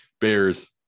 bears